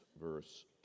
verse